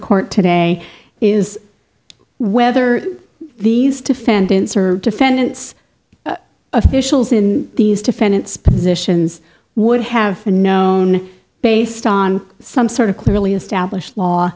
court today is whether these defendants or defendants officials in these defendants positions would have known based on some sort of clearly established law